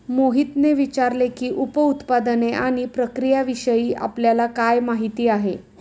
मोहितने विचारले की, उप उत्पादने आणि प्रक्रियाविषयी आपल्याला काय माहिती आहे?